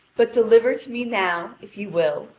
but deliver to me now, if you will,